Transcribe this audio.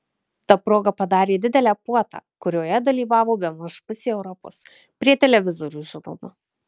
ta proga padarė didelę puotą kurioje dalyvavo bemaž pusė europos prie televizorių žinoma